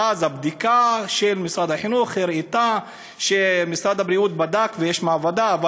ואז הבדיקה של משרד החינוך הראתה שמשרד הבריאות בדק ויש מעבדה אבל